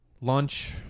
lunch